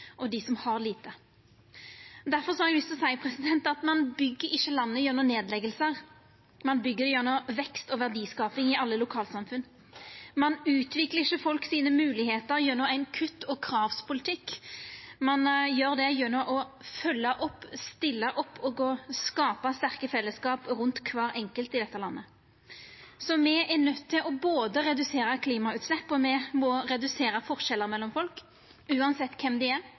og dei som har lite. Difor har eg lyst til å seia at ein byggjer ikkje landet gjennom nedleggingar, ein byggjer det gjennom vekst og verdiskaping i alle lokalsamfunn. Ein utviklar ikkje moglegheitene til folk gjennom ein kutt- og kravpolitikk, ein gjer det gjennom å følgja opp, stilla opp og skapa sterke fellesskap rundt kvar enkelt i dette landet. Me er nøydde til både å redusera klimautslepp og å redusera forskjellane mellom folk, uansett kven dei er,